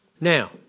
Now